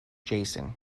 jason